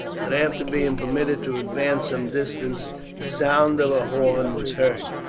but after being permitted to advance some distance the sound of a horn was heard,